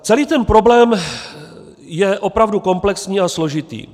Celý ten problém je opravdu komplexní a složitý.